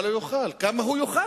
מה הוא לא יאכל וגם כמה הוא יאכל.